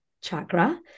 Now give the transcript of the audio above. chakra